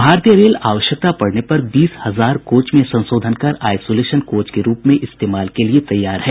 भारतीय रेल आवश्यकता पडने पर बीस हजार कोच में संशोधन कर आइसोलेशन कोच के रूप में इस्तेमाल के लिए तैयार है